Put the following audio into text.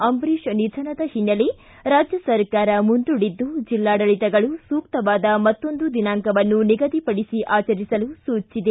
ಅಂಬರೀಷ್ ನಿಧನದ ಹಿನ್ನೆಲೆ ರಾಜ್ಯ ಸರ್ಕಾರ ಮುಂದುಡಿದ್ದು ಜಿಲ್ಲಾಡಳಿತಗಳು ಸೂಕ್ತವಾದ ಮತ್ತೊಂದು ದಿನಾಕವನ್ನು ನಿಗದಿಪಡಿಸಿ ಆಚರಿಸಲು ಸೂಜಿಸಿದೆ